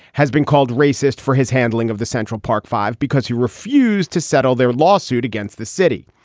has been called racist for his handling of the central park five because he refused to settle their lawsuit against the city.